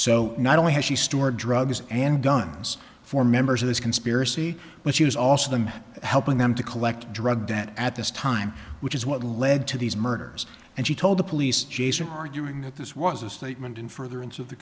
so not only has she stored drugs and guns for members of this conspiracy but she was also them helping them to collect drug debt at this time which is what led to these murders and she told the police jason arguing that this was a statement in further